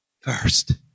first